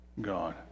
God